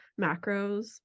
macros